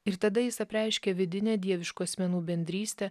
ir tada jis apreiškia vidinę dieviškų asmenų bendrystę